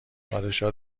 پادشاه